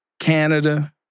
Canada